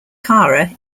cara